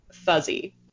fuzzy